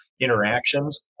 interactions